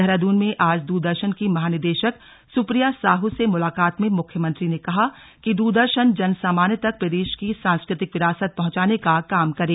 देहरादून में आज दूरदर्शन की महानिदेशक सुप्रिया साहू से मुलाकात में मुख्यमंत्री ने कहा कि दूरदर्शन जनसामान्य तक प्रदेश की सांस्कृतिक विरासत पहंचाने का काम करें